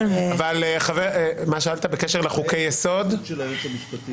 מה בקשר לייעוץ המשפטי?